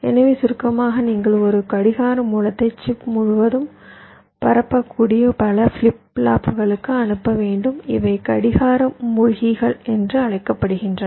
எனவே சுருக்கமாக நீங்கள் ஒரு கடிகார மூலத்தை சிப் முழுவதும் பரப்பக்கூடிய பல ஃபிளிப் ஃப்ளாப்புகளுக்கு அனுப்ப வேண்டும் இவை கடிகார மூழ்கிகள் என்று அழைக்கப்படுகின்றன